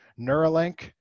Neuralink